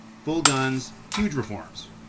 full guns, huge reforms.